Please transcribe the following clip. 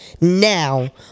Now